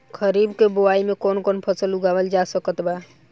खरीब के बोआई मे कौन कौन फसल उगावाल जा सकत बा?